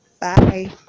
Bye